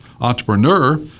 entrepreneur